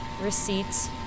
receipts